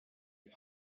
you